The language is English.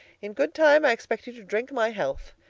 in good time i expect you to drink my health.